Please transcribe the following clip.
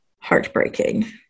heartbreaking